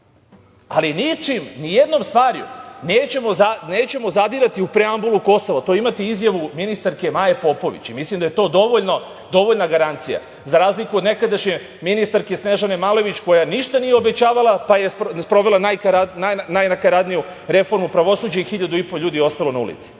Ali ničim, nijednom stvari nećemo zadirati u preambulu Kosova, to imate izjavu ministarke Maje Popović. Mislim da je to dovoljna garancija, za razliku od nekadašnje ministarke Snežane Malović, koja ništa nije obećavala, pa je sprovela najnakaradniju reformu pravosuđa i 1.500 ljudi je ostalo na